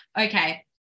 okay